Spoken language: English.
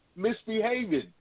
misbehaving